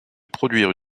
produire